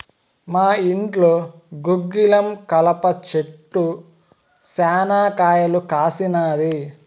మా ఇంట్లో గుగ్గిలం కలప చెట్టు శనా కాయలు కాసినాది